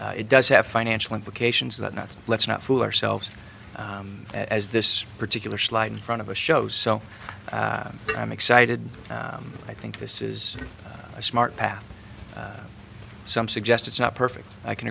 it does have financial implications that not let's not fool ourselves as this particular slide in front of a show so i'm excited i think this is a smart path some suggest it's not perfect i can